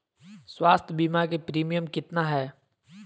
स्वास्थ बीमा के प्रिमियम कितना है?